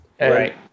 right